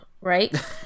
right